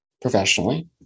professionally